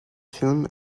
film